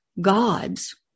gods